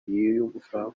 yiyumva